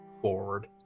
forward